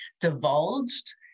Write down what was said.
divulged